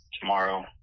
tomorrow